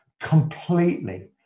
completely